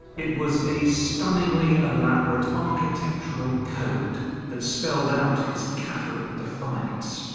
it was a stunningly elaborate architectural code that spelled out his catholic defiance.